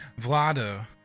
Vlado